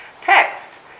text